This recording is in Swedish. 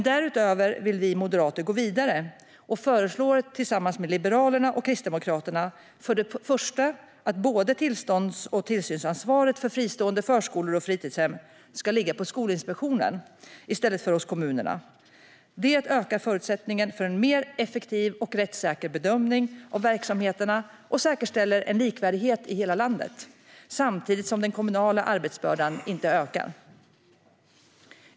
Därutöver vill vi moderater gå vidare och föreslår tillsammans med Liberalerna och Kristdemokraterna för det första att både tillstånds och tillsynsansvaret för fristående förskolor och fritidshem ska ligga på Skolinspektionen i stället för hos kommunerna. Det ökar förutsättningen för en mer effektiv och rättssäker bedömning av verksamheterna och säkerställer en likvärdighet i hela landet, samtidigt som den kommunala arbetsbördan inte ökar.